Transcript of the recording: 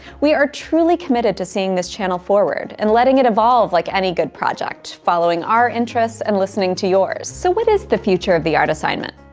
we are truly committed to seeing this channel forward and letting it evolve like any good project, following our interests and listening to yours. so what is the future of the art assignment?